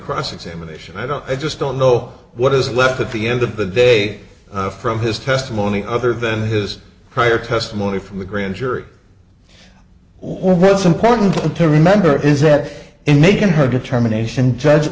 cross examination i don't i just don't know what is left at the end of the day from his testimony other than his prior testimony from the grand jury was important to remember is it in making her determination